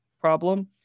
problem